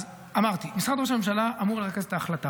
אז אמרתי, משרד ראש הממשלה אמור לרכז את ההחלטה.